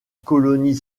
colonie